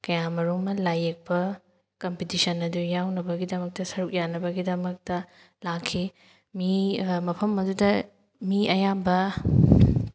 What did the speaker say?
ꯀꯌꯥꯃꯔꯨꯝ ꯑꯃ ꯂꯥꯏ ꯌꯦꯛꯄ ꯀꯝꯄꯤꯇꯤꯁꯟ ꯑꯗꯨ ꯌꯥꯎꯅꯕꯒꯤꯗꯃꯛꯇ ꯁꯔꯨꯛ ꯌꯥꯅꯕꯒꯤꯗꯃꯛꯇ ꯂꯥꯛꯈꯤ ꯃꯤ ꯃꯐꯝ ꯑꯗꯨꯗ ꯃꯤ ꯑꯌꯥꯝꯕ